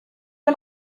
der